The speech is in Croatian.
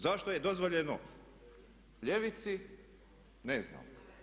Zašto je dozvoljeno ljevici ne znam.